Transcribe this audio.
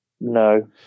No